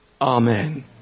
Amen